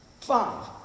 Five